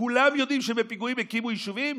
שכולם יודעים שבפיגועים הקימו יישובים?